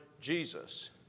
Jesus